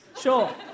Sure